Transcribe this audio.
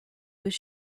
was